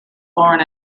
born